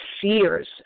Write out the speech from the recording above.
fears